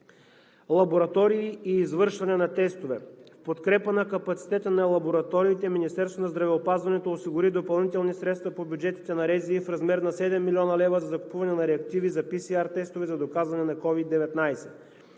Лаборатории и извършване на тестове. В подкрепа на капацитета на лабораториите Министерството на здравеопазването осигури допълнителни средства по бюджетите на РЗИ в размер на 7 млн. лв. за закупуване на реактиви за PCR тестове за доказване на COVID-19.